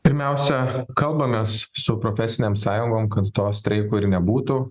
pirmiausia kalbamės su profesinėm sąjungom kad to streiko ir nebūtų